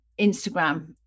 Instagram